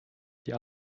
die